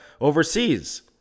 overseas